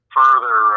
further